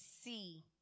see